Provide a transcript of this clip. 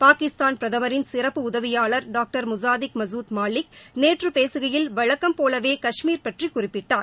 பாகிஸ்தான் பிரதமரின் சிறப்பு உதவியாளர் டாக்டர் முசாதிக் மசூத் மாலிக் நேற்று பேசுகையில் வழக்கம் போலவே காஷ்மீர் பற்றி குறிப்பிட்டார்